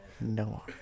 no